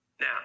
Now